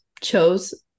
chose